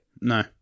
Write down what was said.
No